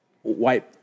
White